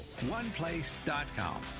OnePlace.com